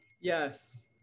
yes